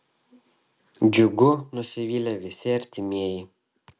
džiugu nusivylė visi artimieji